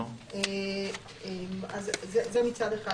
זה מצד אחד.